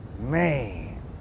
man